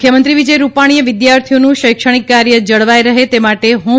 મુખ્યમંત્રી વિજય રૂપાણીએ વિદ્યાર્થિઓનું શૈક્ષણિક કાર્ય જળવાઈ રહે તે માટે હોમ